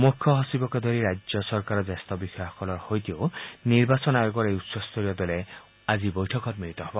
মুখ্য সচিবকে ধৰি ৰাজ্য চৰকাৰৰ জ্যেষ্ঠ বিষয়াসকলৰ সৈতেও নিৰ্বাচন আয়োগৰ এই উচ্চ স্তৰীয় দলে বৈঠকত মিলিত হ'ব